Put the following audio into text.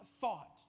thought